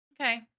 Okay